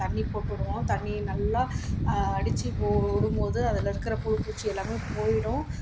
தண்ணி போட்டு விடுவோம் தண்ணி நல்லா அடிச்சு போ விடும் போது அதில் இருக்கிற புழு பூச்சி எல்லாமே போய்டும்